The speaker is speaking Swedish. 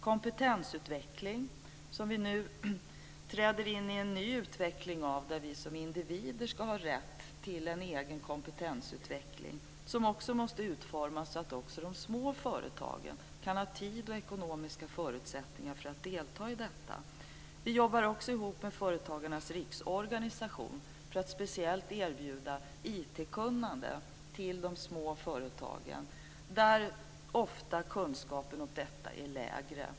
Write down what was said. Nu träder vi in i en ny fas av kompetensutvecklingen där vi som individer ska ha rätt till en egen kompetensutveckling. Den måste utformas så att också de små företagen kan ha tid och ekonomiska förutsättningar för att delta i detta. Vi jobbar också ihop med Företagarnas Riksorganisation för att speciellt erbjuda IT-kunnande till de små företagen där kunskapen om detta ofta är lägre.